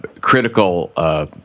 critical